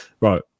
Right